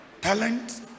talent